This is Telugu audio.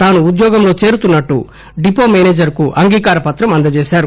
తాను విధుల్లో తిరిగి చేరుతున్నట్లు డిపో మేనేజర్ కు అంగీకారపత్రం అందజేశారు